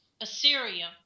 Assyria